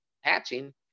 hatching